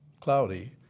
cloudy